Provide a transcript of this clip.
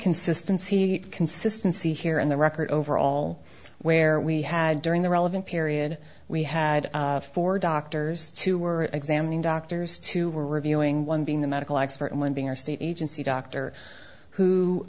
consistency consistency here and the record overall where we had during the relevant period we had four doctors two were examining doctors two were reviewing one being the medical expert and one being our state agency doctor who